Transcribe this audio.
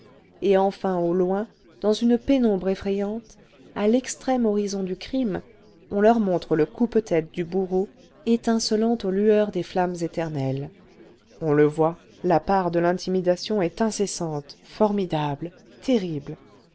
et enfin au loin dans une pénombre effrayante à l'extrême horizon du crime on leur montre le coupe tête du bourreau étincelant aux lueurs des flammes éternelles on le voit la part de l'intimidation est incessante formidable terrible